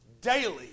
daily